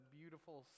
beautiful